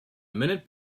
minute